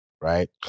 Right